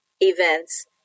events